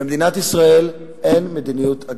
במדינת ישראל אין מדיניות הגירה.